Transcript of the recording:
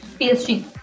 PSG